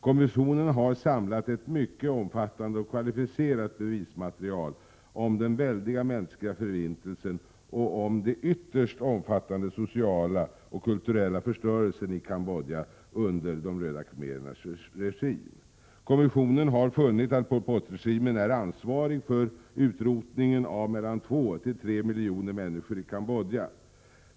Kommissionen har samlat ett mycket omfattande och kvalificerat bevismaterial om den väldiga mänskliga förintelsen och om den ytterst omfattande sociala och kulturella förstörelsen i Cambodja under de röda khmerernas regim. Kommissionen har funnit att Pol Pot-regimen är ansvarig för utrotningen av mellan två och tre miljoner människor i Cambodja.